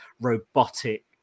robotic